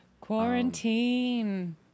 quarantine